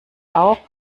auch